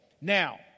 Now